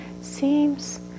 seems